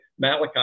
Malachi